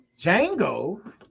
Django